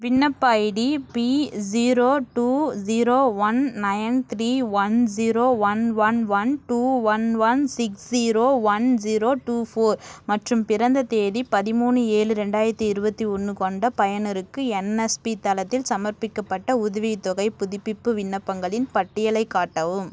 விண்ணப்ப ID P zero two zero one nine three one zero one one one two one one six zero one zero two four மற்றும் பிறந்த தேதி பதிமூணு ஏழு ரெண்டாயிரத்தி இருபத்தி ஒன்று கொண்ட பயனருக்கு என்எஸ்பி தளத்தில் சமர்ப்பிக்கப்பட்ட உதவித்தொகைப் புதுப்பிப்பு விண்ணப்பங்களின் பட்டியலைக் காட்டவும்